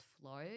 flow